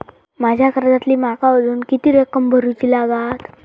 माझ्या कर्जातली माका अजून किती रक्कम भरुची लागात?